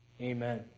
amen